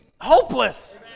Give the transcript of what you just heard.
hopeless